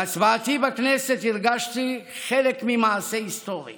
בהצבעתי בכנסת הרגשתי חלק ממעשה היסטורי